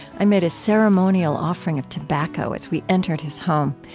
i made a ceremonial offering of tobacco as we entered his home.